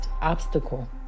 obstacle